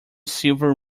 silver